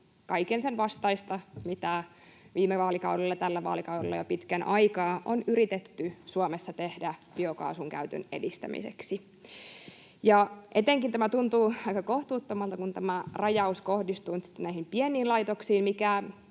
kaiken sen vastaista, mitä viime vaalikaudella, tällä vaalikaudella jo pitkän aikaa on yritetty Suomessa tehdä biokaasun käytön edistämiseksi. Etenkin tämä tuntuu aika kohtuuttomalta, kun tämä rajaus kohdistuu nyt näihin pieniin laitoksiin,